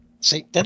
See